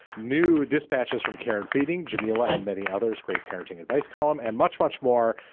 new dispatches from care and feeding jamila and many others, great parenting advice column and much, much more.